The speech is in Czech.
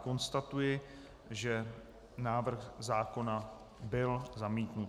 Konstatuji, že návrh zákona byl zamítnut.